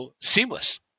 seamless